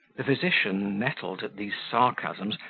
the physician, nettled at these sarcasms,